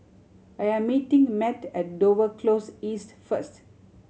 I am meeting Mat at Dover Close East first